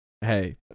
Hey